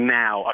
now